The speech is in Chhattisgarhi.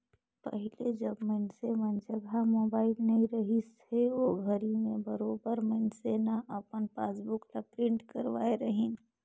पहिले जब मइनसे मन जघा मोबाईल नइ रहिस हे ओघरी में बरोबर मइनसे न अपन पासबुक ल प्रिंट करवाय रहीन